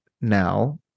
now